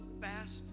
fast